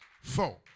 Four